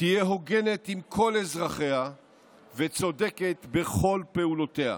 תהיה הוגנת עם כל אזרחיה וצודקת בכל פעולותיה.